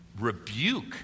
rebuke